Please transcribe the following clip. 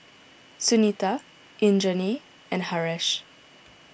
Sunita Indranee and Haresh